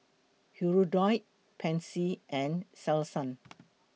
Hirudoid Pansy and Selsun